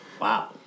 Wow